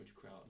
crowd